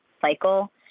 cycle